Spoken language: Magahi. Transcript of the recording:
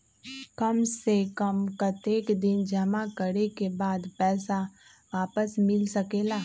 काम से कम कतेक दिन जमा करें के बाद पैसा वापस मिल सकेला?